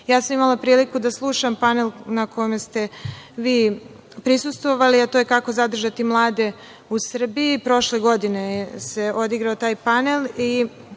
sam imala priliku da slušam panel na kome ste vi prisustvovali, a to je kako zadržati mlade u Srbiji. Prošle godine se odigrao taj panel.